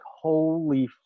holy